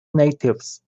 natives